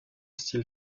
style